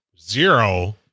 Zero